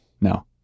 no